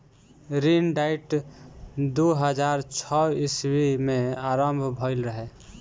ऋण डाइट दू हज़ार छौ ईस्वी में आरंभ भईल रहे